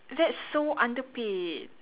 that's so underpaid